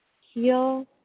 heal